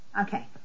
Okay